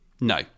No